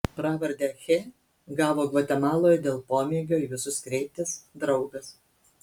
pravardę che gavo gvatemaloje dėl pomėgio į visus kreiptis draugas